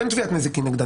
אין תביעת נזיקין נגדה.